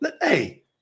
Hey